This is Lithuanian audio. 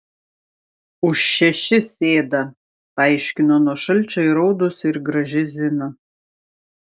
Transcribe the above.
už šešis ėda paaiškino nuo šalčio įraudusi ir graži zina